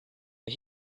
but